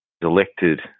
elected